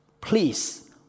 Please